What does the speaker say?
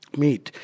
meet